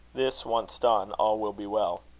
this once done, all will be well.